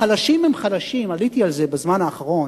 החלשים הם חלשים, עליתי על זה בזמן האחרון,